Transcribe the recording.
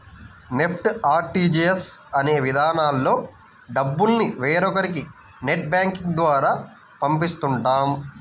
NEFT, RTGS అనే విధానాల్లో డబ్బుల్ని వేరొకరికి నెట్ బ్యాంకింగ్ ద్వారా పంపిస్తుంటాం